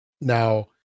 now